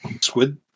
squid